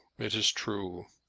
it is true.